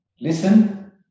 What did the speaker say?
Listen